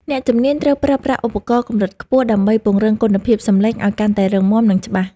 អ្នកជំនាញត្រូវប្រើប្រាស់ឧបករណ៍កម្រិតខ្ពស់ដើម្បីពង្រឹងគុណភាពសំឡេងឱ្យកាន់តែរឹងមាំ និង ច្បាស់។